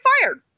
fired